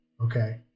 Okay